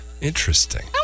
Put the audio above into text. Interesting